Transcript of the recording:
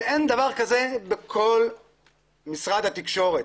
אין דבר כזה בכל משרד התקשורת.